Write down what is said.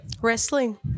Wrestling